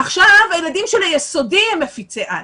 ועכשיו הילדים של היסודי הם מפיצי-על.